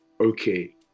okay